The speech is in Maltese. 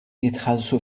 jitħallsu